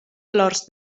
flors